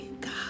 God